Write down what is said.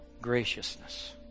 graciousness